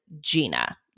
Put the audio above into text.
Gina